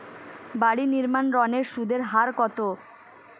বাড়ি নির্মাণ ঋণের সুদের হার কত?